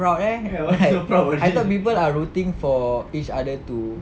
proud eh I thought people are rooting for each other to